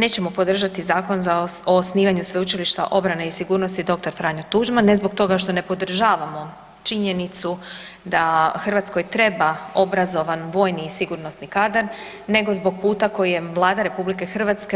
Nećemo podržati Zakon o osnivanju Sveučilišta obrane i sigurnosti „Dr. Franjo Tuđman“, ne zbog toga što ne podržavamo činjenicu da Hrvatskoj treba obrazovan, vojni i sigurnosni kadar nego zbog puta kojim je Vlada RH